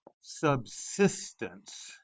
subsistence